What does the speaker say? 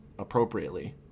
Appropriately